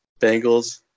Bengals